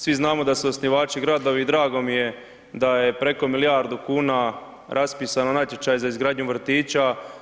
Svi znamo da su osnivači gradovi i drago mi je da preko milijardu kuna raspisano natječaja za izgradnju vrtića.